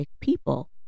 people